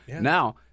Now